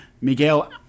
Miguel